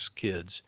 kids